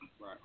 Right